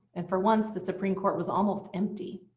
and for once, the supreme court was almost empty.